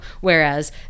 Whereas